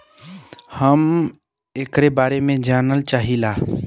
हम एकरे बारे मे जाने चाहीला?